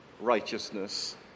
righteousness